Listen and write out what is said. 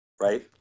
right